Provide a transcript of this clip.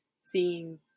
seeing